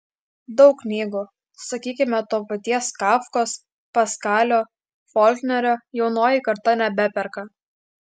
daug knygų sakykime to paties kafkos paskalio folknerio jaunoji karta nebeperka